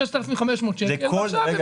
6,500 שקל ועכשיו הם